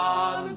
on